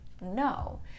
No